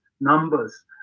numbers